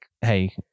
hey